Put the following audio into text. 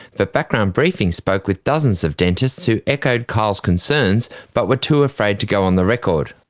but background briefing spoke with dozens of dentists who echoed kyle's concerns, but were too afraid to go on the record.